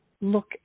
look